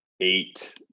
eight